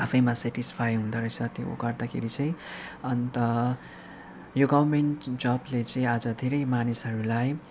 आफैमा सेटिस्फाई हुँदो रहेछ त्यो गर्दाखेरि चाहिँ अन्त यो गभर्मेन्ट जबले चाहिँ आज धेरै मानिसहरूलाई